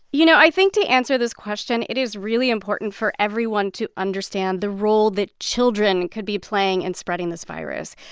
you know, i think to answer this question, it is really important for everyone to understand the role that children could be playing in and spreading this virus.